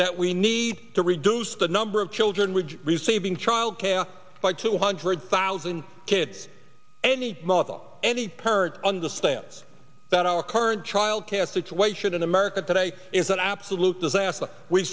that we need to reduce the number of children with receiving child care by two hundred thousand kids any model any parent understands that our current child care situation in america today is an absolute disaster we